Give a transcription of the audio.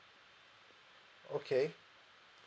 okay